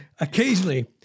Occasionally